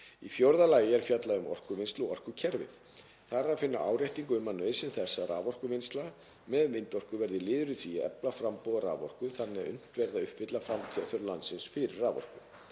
Í fjórða lagi er fjallað um orkuvinnslu og orkukerfið. Þar er að finna áréttingu um að nauðsyn þess að raforkuvinnsla með vindorku verði liður í því að efla framboð á raforku þannig að unnt verði að uppfylla framtíðarþörf landsins fyrir raforku.